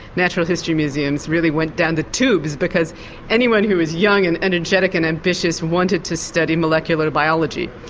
natural history museums really went down the tubes, because anyone who was young and energetic and ambitious wanted to study molecular biology,